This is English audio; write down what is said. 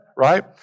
right